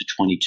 22